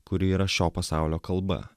kuri yra šio pasaulio kalba